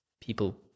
people